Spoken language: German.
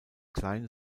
kleine